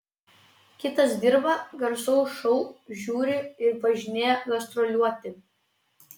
kitas dirba garsaus šou žiuri ir važinėja gastroliuoti